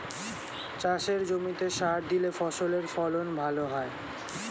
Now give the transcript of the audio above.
চাষের জমিতে সার দিলে ফসলের ফলন ভালো হয়